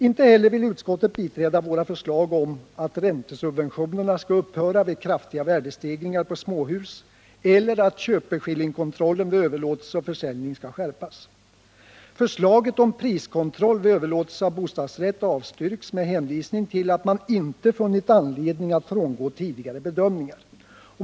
Inte heller vill utskottet biträda våra förslag om att räntesubventionerna skall upphöra vid kraftiga värdestegringar på småhus eller att köpeskillingkontrollen vid överlåtelse och försäljning skall skärpas. Förslaget om priskontroll vid överlåtelse av bostadsrätt avstyrks med hänvisning till att man inte funnit anledning att frångå tidigare bedömningar.